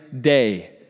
day